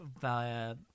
via